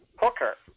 Hooker